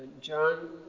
John